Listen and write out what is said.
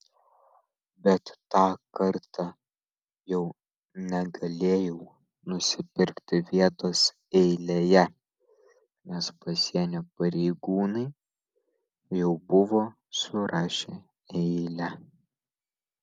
bet tą kartą jau negalėjau nusipirkti vietos eilėje nes pasienio pareigūnai jau buvo surašę eilę